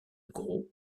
gros